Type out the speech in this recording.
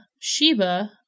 Sheba